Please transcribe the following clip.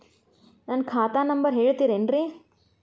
ನನ್ನ ಖಾತಾ ನಂಬರ್ ಹೇಳ್ತಿರೇನ್ರಿ?